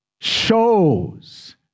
shows